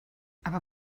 aber